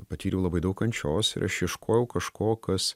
patyriau labai daug kančios ir aš ieškojau kažko kas